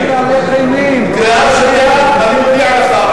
קריאה שנייה.